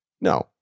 No